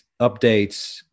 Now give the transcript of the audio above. updates